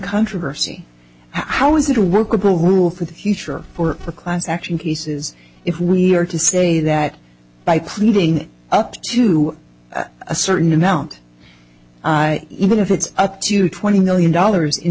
controversy how is it a workable who'll for the future for class action cases if we are to say that by pleading up to a certain amount even if it's up to twenty million dollars in